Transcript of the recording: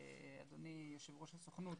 אדוני יושב ראש הסוכנות,